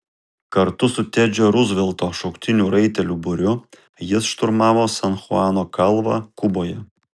kartu su tedžio ruzvelto šauktinių raitelių būriu jis šturmavo san chuano kalvą kuboje